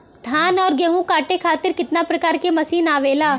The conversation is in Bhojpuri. धान और गेहूँ कांटे खातीर कितना प्रकार के मशीन आवेला?